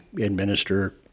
administer